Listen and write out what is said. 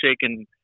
shaking